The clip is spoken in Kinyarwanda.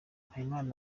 habimana